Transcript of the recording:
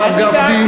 הרב גפני,